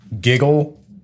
giggle